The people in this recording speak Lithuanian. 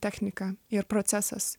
technika ir procesas